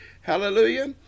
hallelujah